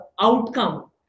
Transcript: outcome